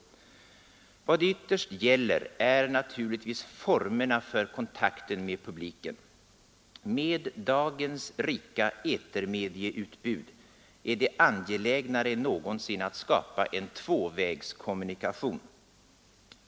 Vad det ytterst gäller är naturligtvis formerna för kontakten med publiken. Med dagens rika etermedieutbud är det angelägnare än någonsin att skapa en tvåvägskommunikation.